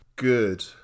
Good